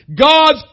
God's